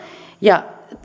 ja